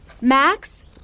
Max